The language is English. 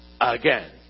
again